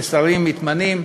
ששרים מתמנים,